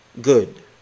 good